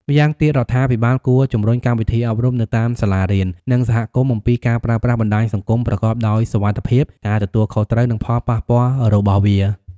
ម្យ៉ាងទៀតរដ្ឋាភិបាលគួរជំរុញកម្មវិធីអប់រំនៅតាមសាលារៀននិងសហគមន៍អំពីការប្រើប្រាស់បណ្តាញសង្គមប្រកបដោយសុវត្ថិភាព ការទទួលខុសត្រូវ និងផលប៉ះពាល់របស់វា។